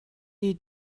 you